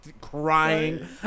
crying